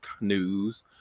news